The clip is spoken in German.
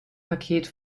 paket